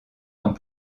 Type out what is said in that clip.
dans